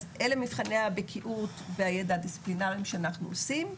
אז אלה מבחני הבקיאות והידע הדיסציפלינריים שאנחנו עושים,